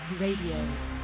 Radio